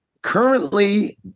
Currently